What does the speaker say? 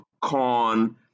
corn